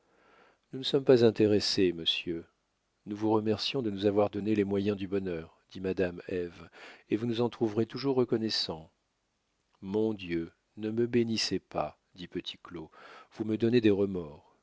nous ne sommes pas intéressés monsieur nous vous remercions de nous avoir donné les moyens du bonheur dit madame ève et vous nous en trouverez toujours reconnaissants mon dieu ne me bénissez pas dit petit claud vous me donnez des remords